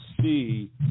see